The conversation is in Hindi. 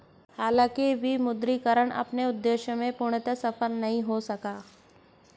हालांकि विमुद्रीकरण अपने उद्देश्य में पूर्णतः सफल नहीं हो सका